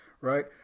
Right